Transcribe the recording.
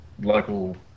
local